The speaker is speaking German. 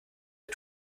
der